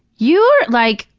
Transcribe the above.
you're, like,